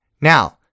now